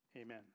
Amen